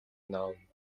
known